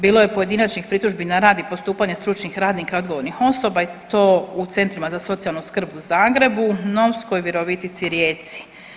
Bilo je pojedinačnih pritužbi na rad i postupanje stručnih radnika i odgovornih osoba i to u centrima za socijalnu skrb u Zagrebu, Novskoj, Virovitici, Rijeci.